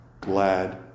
glad